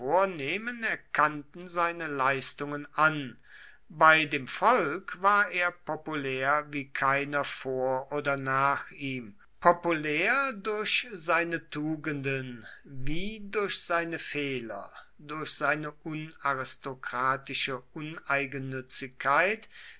vornehmen erkannten seine leistungen an bei dem volk war er populär wie keiner vor oder nach ihm populär durch seine tugenden wie durch seine fehler durch seine unaristokratische uneigennützigkeit